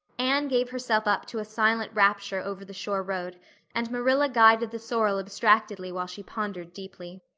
anne gave herself up to a silent rapture over the shore road and marilla guided the sorrel abstractedly while she pondered deeply.